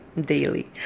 daily